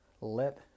let